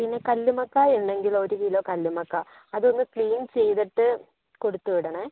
പിന്നെ കല്ലുമ്മേക്കായ ഉണ്ടെങ്കിൽ ഒരു കിലോ കല്ലുമ്മേക്കായ അതൊന്ന് ക്ളീൻ ചെയ്തിട്ട് കൊടുത്തു വിടണേ